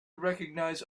recognize